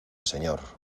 señor